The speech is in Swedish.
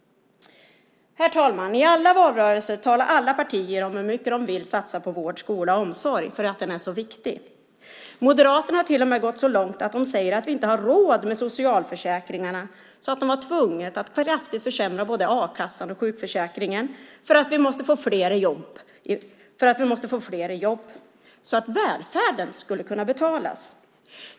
Herr talman! I alla valrörelser talar alla partier om hur mycket de vill satsa på vård, skola och omsorg för att de är så viktiga. Moderaterna har till och med gått så långt att de säger att vi inte har råd med socialförsäkringarna och att de därför var tvungna att försämra både a-kassan och sjukförsäkringen kraftigt för att få fler i jobb så att välfärden skulle kunna betalas.